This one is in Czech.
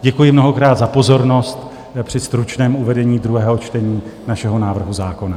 Děkuji mnohokrát za pozornost při stručném uvedení druhého čtení našeho návrhu zákona.